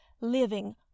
living